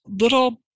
little